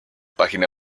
página